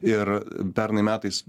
ir pernai metais